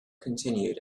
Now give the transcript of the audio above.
continued